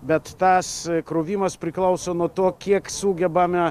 bet tas krovimas priklauso nuo to kiek sugebame